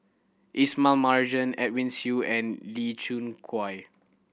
Ismail Marjan Edwin Siew and Lee Khoon Choy